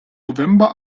november